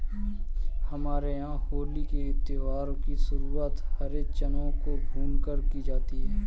हमारे यहां होली के त्यौहार की शुरुआत हरे चनों को भूनकर की जाती है